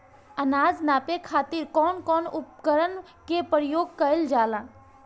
अनाज नापे खातीर कउन कउन उपकरण के प्रयोग कइल जाला?